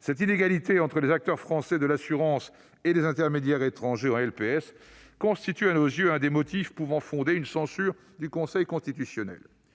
Cette inégalité entre les acteurs français de l'assurance et les intermédiaires étrangers en LPS constitue à nos yeux un des motifs pouvant fonder une censure du Conseil constitutionnel.